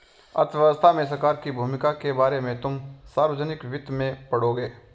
अर्थव्यवस्था में सरकार की भूमिका के बारे में तुम सार्वजनिक वित्त में पढ़ोगे